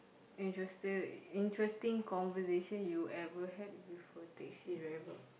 interested interesting conversation you ever had with a taxi driver